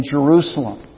Jerusalem